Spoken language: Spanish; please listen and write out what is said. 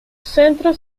centro